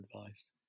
advice